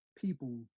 people